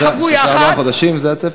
שלושה-ארבעה חודשים, זה הצפי?